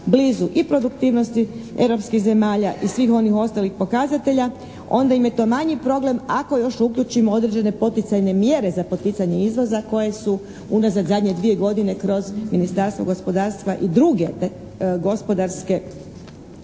i produktivnosti europskih zemalja i svih onih ostalih pokazatelja onda im je to manji problem ako još uključimo određene poticajne mjere za poticanje izvoza koje su unazad zadnje 2 godine kroz Ministarstvo gospodarstva i druge gospodarske,